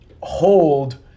hold